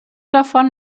davon